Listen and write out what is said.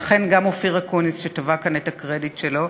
ואכן גם אופיר אקוניס שתבע כאן את הקרדיט שלו,